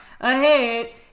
ahead